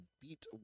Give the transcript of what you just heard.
beat